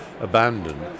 abandoned